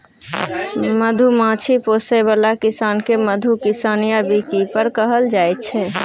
मधुमाछी पोसय बला किसान केँ मधु किसान या बीकीपर कहल जाइ छै